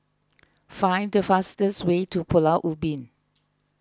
find the fastest way to Pulau Ubin